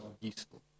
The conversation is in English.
useful